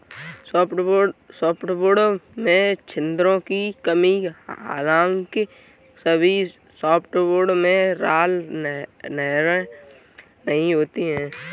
softwood में छिद्रों की कमी हालांकि सभी सॉफ्टवुड में राल नहरें नहीं होती है